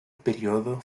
periodo